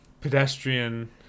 pedestrian